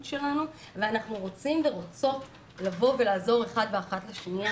שלנו ואנחנו רוצים ורוצות לבוא ולעזור אחד ואחת לשניה,